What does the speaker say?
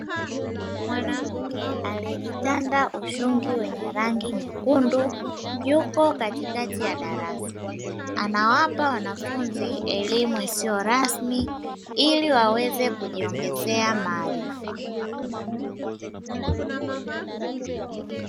Mwanamke aliye jitanda ushungi wenye rangi nyekundu, yuko katikati ya darasa, anawapa wanafunzi elimu isiyo rasmi, ili waweze kujiongezea maarifa.